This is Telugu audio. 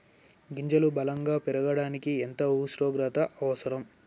గింజలు బలం గా పెరగడానికి ఎంత ఉష్ణోగ్రత అవసరం?